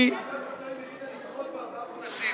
ועדת השרים החליטה לדחות בארבעה חודשים,